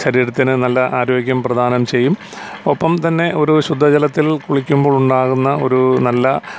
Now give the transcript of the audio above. ശരീരത്തിന് നല്ല ആരോഗ്യം പ്രദാനം ചെയ്യും ഒപ്പം തന്നെ ഒരു ശുദ്ധജലത്തിൽ കുളിക്കുമ്പോഴുണ്ടാകുന്ന ഒരു നല്ല